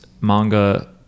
manga